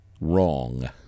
wrong